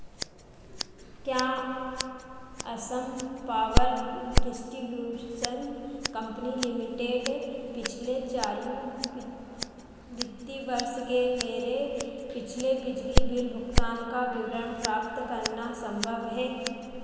क्या Assam power distribution company limited पिछले चालू वि वित्तीय वर्ष के मेरे पिछले बिजली बिल भुगतान का विवरण प्राप्त करना संभव है